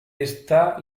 está